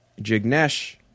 Jignesh